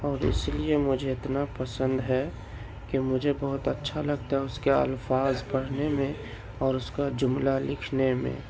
اور اس لیے مجھے اتنا پسند ہے کہ مجھے بہت اچھا لگتا ہے اس کے الفاظ پڑھنے میں اور اس کا جملہ لکھنے میں